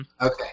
Okay